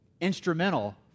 instrumental